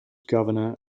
governor